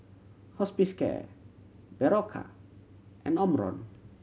Hospicare Berocca and Omron